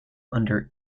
under